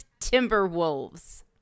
Timberwolves